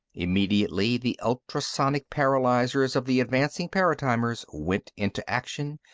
immediately, the ultrasonic paralyzers of the advancing paratimers went into action,